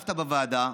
השתתפת בוועדה.